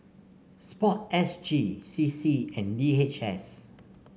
sport S G C C and D H S